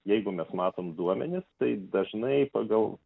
jeigu mes matom duomenis tai dažnai pagal